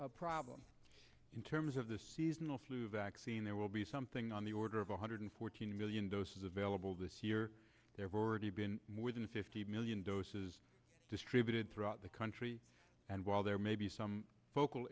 problem in terms of the seasonal flu vaccine there will be something on the order of one hundred fourteen million doses available this year they've already been more than fifty million doses distributed throughout the country and while there may be some focal